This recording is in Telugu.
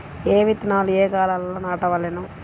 ఏ విత్తనాలు ఏ కాలాలలో నాటవలెను?